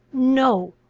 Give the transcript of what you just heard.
no,